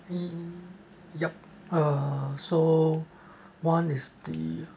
mm yup uh so one is the